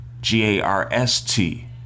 G-A-R-S-T